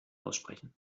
aussprechen